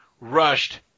rushed